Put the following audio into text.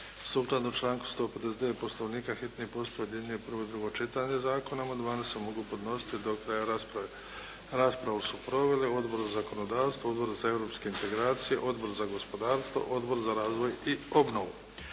Sukladno članku 159. Poslovnika hitni postupak objedinjuje prvo i drugo čitanje zakona. Amandmani se mogu podnositi do kraja rasprave. Raspravu su proveli Odbor za zakonodavstvo, Odbor za europske integracije, Odbor za gospodarstvo, Odbor za razvoj i obnovu.